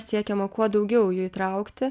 siekiama kuo daugiau jų įtraukti